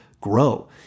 grow